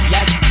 Yes